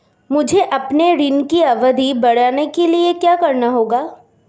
मुझे अपने ऋण की अवधि बढ़वाने के लिए क्या करना होगा?